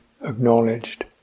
acknowledged